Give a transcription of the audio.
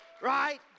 Right